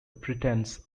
pretence